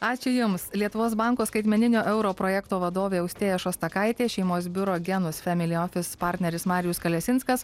ačiū jums lietuvos banko skaitmeninio euro projekto vadovė austėja šostakaitė šeimos biuro genus femili ofis partneris marijus kalesinskas